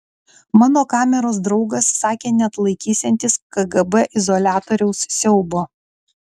mano kameros draugas sakė neatlaikysiantis kgb izoliatoriaus siaubo